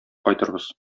кайтырбыз